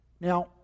Now